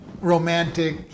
romantic